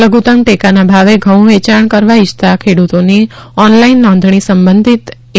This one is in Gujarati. લધુત્તમ ટેકાના ભાવે ઘઉં વેયાણ કરવા ઈચ્છતા ખેડુતોની ઓનલાઈન નોંધણી સંબંઘિત એ